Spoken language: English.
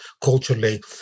culturally